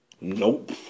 Nope